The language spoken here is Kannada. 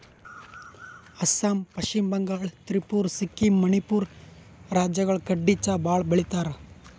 ಅಸ್ಸಾಂ, ಪಶ್ಚಿಮ ಬಂಗಾಳ್, ತ್ರಿಪುರಾ, ಸಿಕ್ಕಿಂ, ಮಣಿಪುರ್ ರಾಜ್ಯಗಳ್ ಕಡಿ ಚಾ ಭಾಳ್ ಬೆಳಿತಾರ್